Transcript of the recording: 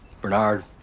Bernard